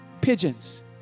pigeons